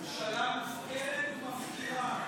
ממשלה מופקרת ומפקירה.